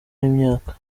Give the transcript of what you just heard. n’imyaka